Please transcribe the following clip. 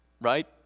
right